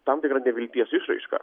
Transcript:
tam tikra nevilties išraiška